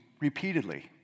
repeatedly